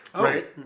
Right